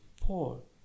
Paul